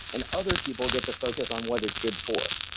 and other people get to focus on what it's good for.